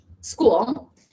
school